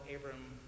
Abram